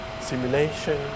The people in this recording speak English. simulation